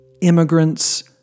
immigrants